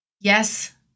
Yes